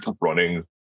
running